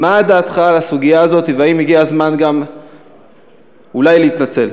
מה דעתך על הסוגיה הזאת והאם אולי הגיע הזמן גם להתנצל.